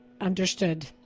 Understood